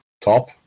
top